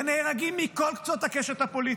ונהרגים מכל קצות הקשת הפוליטית,